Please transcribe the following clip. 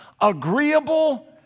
agreeable